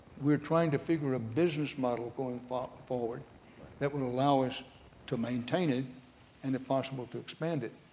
we're trying to figure a business model going forward that will allow us to maintain it and if possible to expand it.